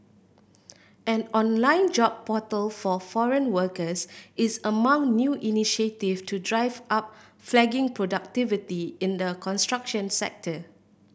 an online job portal for foreign workers is among new initiative to drive up flagging productivity in the construction sector